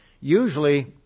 Usually